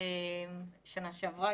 בשנה שעברה,